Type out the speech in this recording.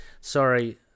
Sorry